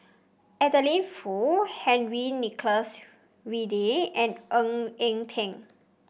Adeline Foo Henry Nicholas Ridley and Ng Eng Teng